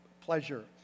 pleasure